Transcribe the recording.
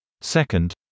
second